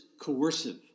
coercive